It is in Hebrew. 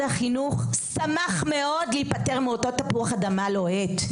החינוך שמח מאוד להיפטר מאותו תפוח אדמה לוהט.